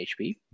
HP